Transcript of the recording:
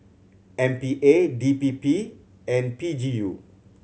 M P A D P P and P G U